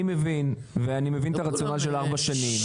אני מבין ואני מבין את הרציונל של ארבע שנים.